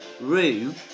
room